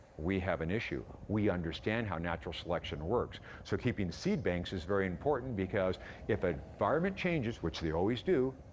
we have an issue. we understand how natural selection works, so keeping the seed banks is very important because if an environment changes, which they always do,